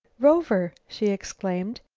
rover! she exclaimed.